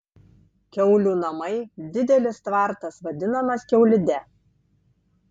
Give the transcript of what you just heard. kiaulių namai didelis tvartas vadinamas kiaulide